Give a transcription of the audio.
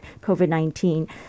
COVID-19